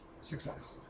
success